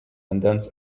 vandens